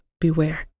Beware